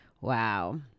Wow